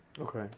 Okay